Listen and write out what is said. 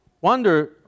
wonder